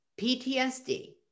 PTSD